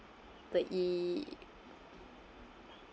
the